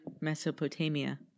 Mesopotamia